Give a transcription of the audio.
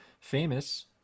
Famous